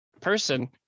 person